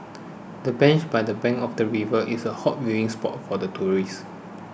the bench by the bank of the river is a hot viewing spot for tourists